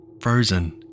frozen